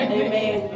amen